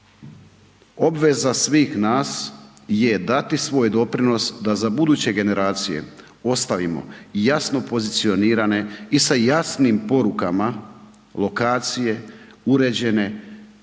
Obveza svih nas je dati svoj doprinos da za buduće generacije ostavimo jasno pozicionirane i sa jasnim porukama lokacije uređene